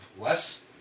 less